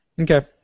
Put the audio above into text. Okay